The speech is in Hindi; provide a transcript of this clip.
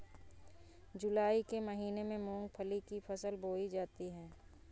जूलाई के महीने में मूंगफली की फसल बोई जाती है